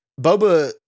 Boba